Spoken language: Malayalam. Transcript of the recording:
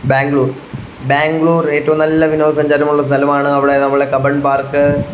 ബാംഗ്ലൂർ ബാംഗ്ലൂർ ഏറ്റവും നല്ല വിനോദസഞ്ചാരമുള്ള സ്ഥലമാണ് അവിടെ നമ്മുടെ കബൺ പാർക്ക്